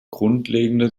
grundlegende